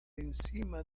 encima